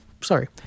sorry